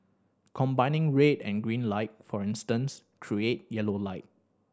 combining red and green light for instance create yellow light